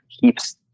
keeps